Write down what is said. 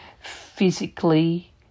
physically